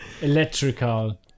electrical